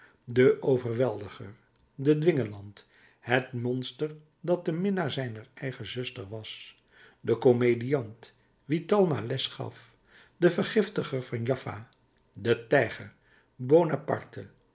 de corsicaansche menscheneter de overweldiger de dwingeland het monster dat de minnaar zijner eigen zuster was de komediant wien talma les gaf de vergiftiger van jaffa de tijger buonaparte